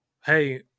hey